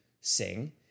sing